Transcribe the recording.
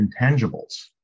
intangibles